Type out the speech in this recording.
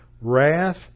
wrath